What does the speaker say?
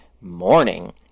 morning